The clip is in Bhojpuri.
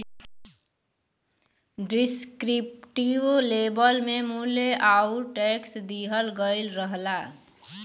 डिस्क्रिप्टिव लेबल में मूल्य आउर टैक्स दिहल गयल रहला